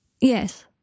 Yes